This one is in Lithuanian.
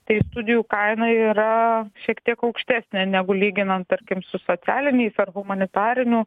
tai studijų kaina yra šiek tiek aukštesnė negu lyginant tarkim su socialiniais ar humanitarinių